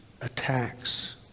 attacks